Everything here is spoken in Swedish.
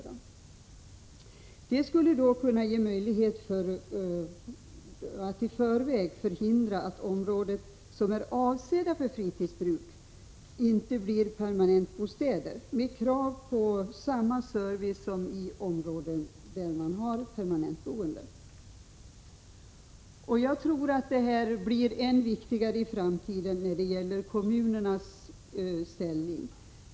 Föreskrifter av det nämnda slaget skulle kunna ge möjlighet att i förväg förhindra att områden som är avsedda för fritidsbruk blir områden med permanentbostäder — med krav på samma service som i områden där man har permanentboende. Jag tror att detta blir ännu viktigare för kommunerna i framtiden.